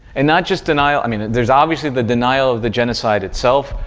and not just denial i mean, there's obviously the denial of the genocide itself.